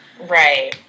Right